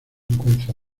encuentra